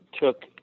took